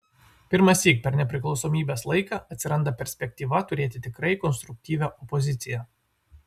pirmąsyk per nepriklausomybės laiką atsiranda perspektyva turėti tikrai konstruktyvią opoziciją